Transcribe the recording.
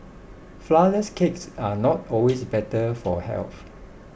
Flourless Cakes are not always better for health